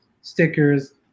stickers